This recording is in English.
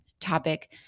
topic